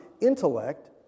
intellect